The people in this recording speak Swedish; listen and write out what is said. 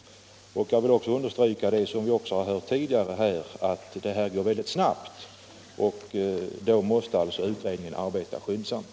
Jag vill också understryka det som vi just har hört, nämligen att utvecklingen sker mycket snabbt och att utredningen alltså måste arbeta skyndsamt.